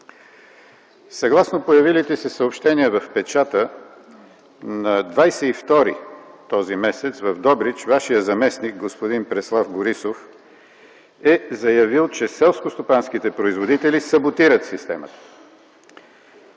Съгласно появилите се съобщения в печата, на 22 този месец в Добрич Вашият заместник господин Преслав Борисов е заявил, че селскостопанските производители саботират системата.